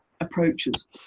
approaches